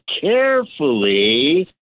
carefully